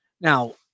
Now